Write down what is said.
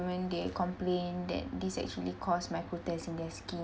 women they complained that this actually caused microtears in their skin